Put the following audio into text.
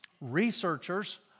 researchers